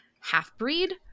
half-breed